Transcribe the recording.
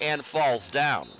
and falls down